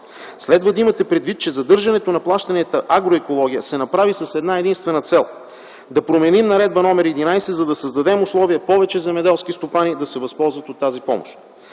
Следва да имате предвид, че задържането на плащанията агроекология се направи с една-единствена цел - да промени Наредба № 11, за да създадем условия повече земеделски стопани да се възползват от тази помощ.